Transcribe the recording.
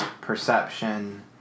perception